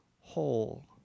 whole